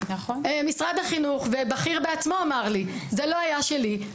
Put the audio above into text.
משרד החינוך ובכיר בעצמו אמר לי: זה לא היה שלי,